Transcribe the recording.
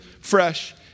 fresh